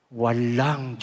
walang